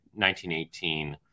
1918